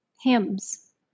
hymns